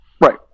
Right